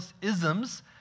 isms